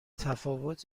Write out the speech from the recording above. تفاوت